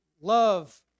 love